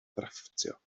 drafftio